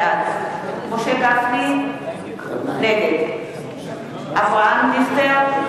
בעד משה גפני, נגד אברהם דיכטר,